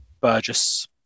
Burgess